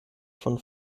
von